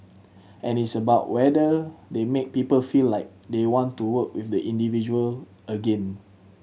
and it's about whether they make people feel like they want to work with the individual again